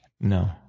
No